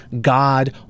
God